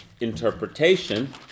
interpretation